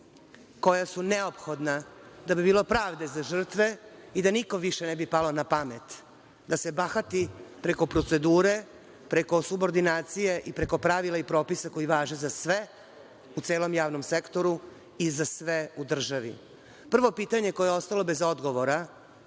koja su neophodna da bi bilo pravde za žrtve i da nikom više ne bi palo na pamet da se bahati preko procedure, preko subordinacije i preko pravila i propisa koji važe za sve u celom javnom sektoru i za sve u državi. Prvo pitanje koje je ostalo bez odgovora